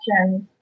questions